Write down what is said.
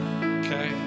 Okay